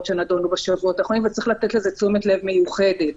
שם אני לא יכולה לייצר את אותו ריחוק חברתי,